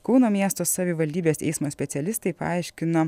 kauno miesto savivaldybės eismo specialistai paaiškino